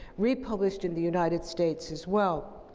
republished in the united states, as well.